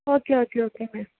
okay okay okay ma'am